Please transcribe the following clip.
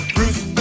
Bruce